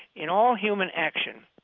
in all human action